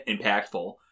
impactful